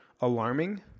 alarming